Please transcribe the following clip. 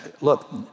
Look